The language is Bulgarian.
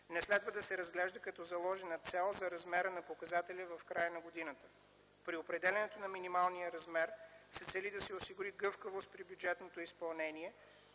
не следва да се разглежда като заложена цел за размера на показателя в края на годината. При определянето на минималния размер се цели да се осигури гъвкавост при бюджетното изпълнение,